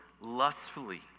lustfully